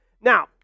Now